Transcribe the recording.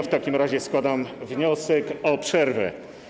W takim razie ja składam wniosek o przerwę.